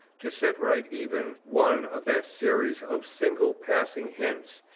to set right even one of that series of single passing hints,